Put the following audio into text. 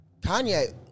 Kanye